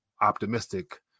optimistic